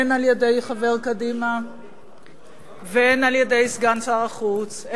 הן על-ידי חבר קדימה והן על-ידי סגן שר החוץ,